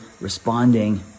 responding